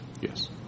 yes